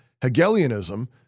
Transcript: Hegelianism—